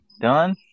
done